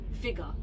figure